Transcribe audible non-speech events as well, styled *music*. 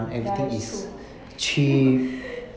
ya it's true *laughs*